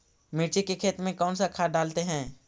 मिर्ची के खेत में कौन सा खाद डालते हैं?